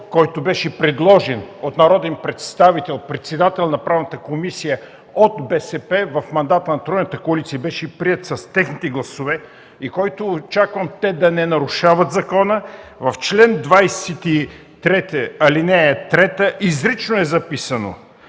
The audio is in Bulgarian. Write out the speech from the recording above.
закон, предложен от народен представител – председател на Правната комисия от БСП в мандата на тройната коалиция, беше приет с техните гласове и очаквам те да не нарушават закона. В чл. 23, ал. 3 изрично е записано: